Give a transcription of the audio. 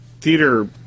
theater